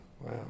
Wow